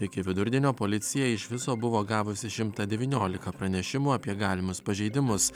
iki vidurdienio policija iš viso buvo gavusi šimtą devyniolika pranešimų apie galimus pažeidimus